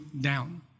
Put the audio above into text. down